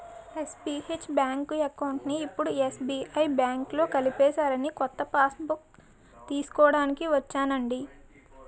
SBH bank అకౌంట్ని ఇప్పుడు SBI బాంకులో కలిపేసారని కొత్త పాస్బుక్కు తీస్కోడానికి ఒచ్చానండి